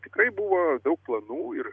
tikrai buvo daug planų ir